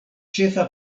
ĉefa